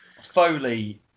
Foley